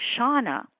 Shauna